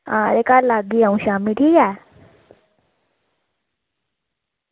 हां एह् घर लागी अं'ऊ शामीं ठीक ऐ